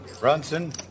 Brunson